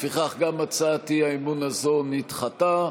לפיכך, גם הצעת האי-אמון הזאת נדחתה.